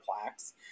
plaques